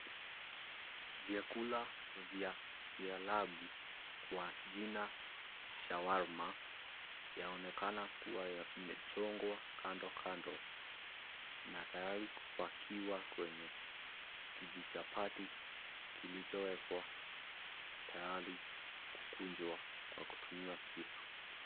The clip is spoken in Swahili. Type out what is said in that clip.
Vyakula vya kiarabu, kwa jina shawarma, yaonekana kuwa yamechongwa kando kando na tayari kupakiwa kwenye kijichapati kilichowekwa tayari kukunjwa kwa kutumiwa kisu.